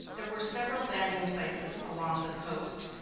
there were several landing-places along the coast,